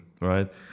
right